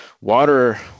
water